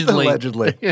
Allegedly